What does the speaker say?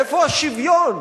איפה השוויון?